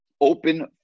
open